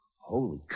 holy